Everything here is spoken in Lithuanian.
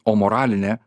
o moralinė